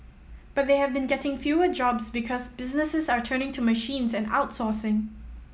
but they have been getting fewer jobs because businesses are turning to machines and outsourcing